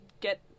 get